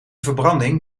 verbranding